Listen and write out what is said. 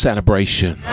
Celebration